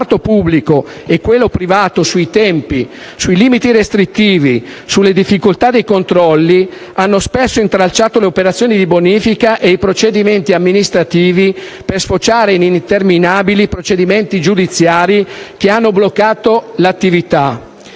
il comparto pubblico e quello privato sui tempi, sui limiti restrittivi e sulle difficoltà dei controlli hanno spesso intralciato le operazioni di bonifica e i procedimenti amministrativi per sfociare in interminabili procedimenti giudiziari che hanno bloccato le attività.